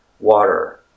water